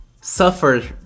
suffer